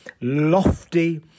lofty